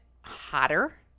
hotter